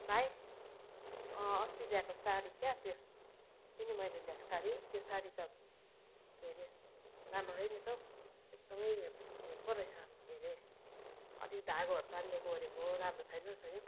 भाइ अस्ति ल्याएको साडी क्या त्यो थियो नि मैले ल्याएको साडी त्यो साडी त के अरे राम्रो रहेनछ हो एकदमै पो रहेछ के अरे अलि धागोहरू तानिएकोओरेको राम्रो छैन रहेछ यो